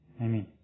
Amen